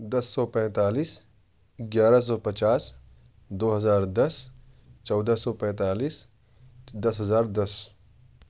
دس سو پینتالیس گیارہ سو پچاس دو ہزار دس چودہ سو پینتالیس دس ہزار دس